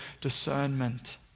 discernment